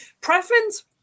preference